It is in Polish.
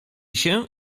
się